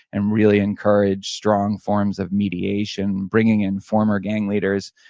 and really encourage strong forms of mediation, bringing in former gang leaders.